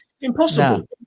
impossible